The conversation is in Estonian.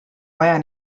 vaja